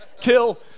kill